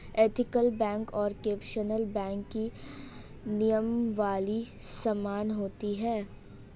ethical bank और conventional bank की नियमावली समान होती है